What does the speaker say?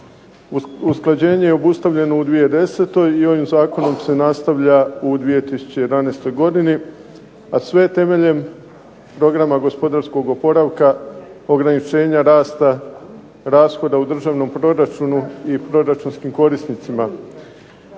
Usklađenje je obustavljeno u 2010. i ovim zakonom se nastavlja u 2011. godini, a sve temeljem Programa gospodarskog oporavka, ograničenja rasta rashoda u državnom proračunu i proračunskim korisnicima.